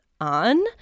on